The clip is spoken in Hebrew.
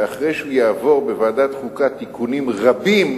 ואחרי שהוא יעבור בוועדת החוקה תיקונים רבים,